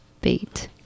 bait